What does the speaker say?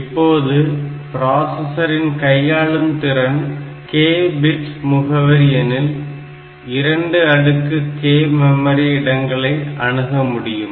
இப்போது பிராசசரின் கையாளும் திறன் k பிட் முகவரி எனில் 2 அடுக்கு k மெமரி இடங்களை அணுக முடியும்